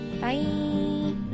Bye